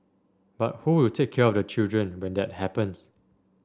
but who will take care of the children when that happens